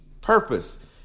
purpose